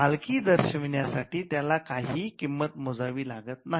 मालकी दर्शविण्यासाठी त्याला काहीही किंमत मोजावी लागत नाही